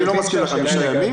אני לא מסכים לחמישה ימים,